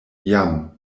jam